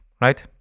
right